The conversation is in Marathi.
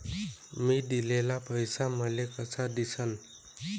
मी दिलेला पैसा मले कसा दिसन?